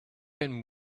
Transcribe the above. can